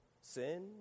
Sin